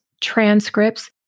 transcripts